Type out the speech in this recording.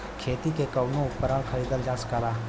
खेती के कउनो उपकरण खरीदल जा सकला